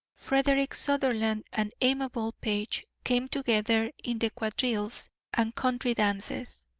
frederick sutherland and amabel page came together in the quadrilles and country dances.